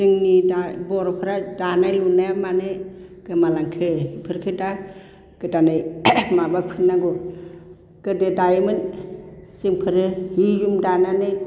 जोंनि दा बर'फ्रा दानाय लुनाया मानो गोमालांखो बेफोरखौ दा गोदानै माबाफिननांगौ गोदो दायोमोन जोंफोरो जि जोम दानानै